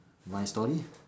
my story lah